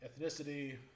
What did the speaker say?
ethnicity